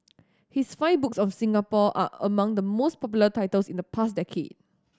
his five books of Singapore are among the most popular titles in the past decade